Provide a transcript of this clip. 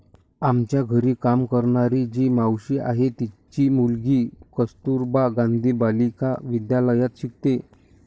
आमच्या घरी काम करणारी जी मावशी आहे, तिची मुलगी कस्तुरबा गांधी बालिका विद्यालयात शिकते